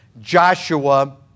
Joshua